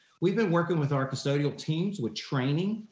we've been working with our custodial teams with training,